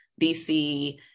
DC